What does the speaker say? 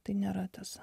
tai nėra tas